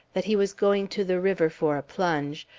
that he was going to the river for a plunge,